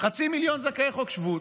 חצי מיליון זכאי חוק שבות,